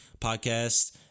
podcast